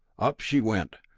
up she went,